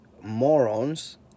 morons